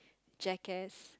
jackass